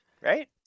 right